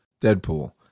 Deadpool